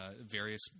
various